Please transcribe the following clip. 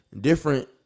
different